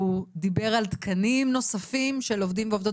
הוא דיבר על תקנים נוספים של עובדים ועובדות